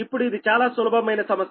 ఇప్పుడు ఇది చాలా సులభమైన సమస్య